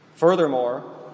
Furthermore